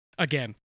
Again